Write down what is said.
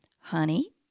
honey